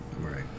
Right